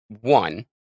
one